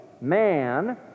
man